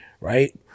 right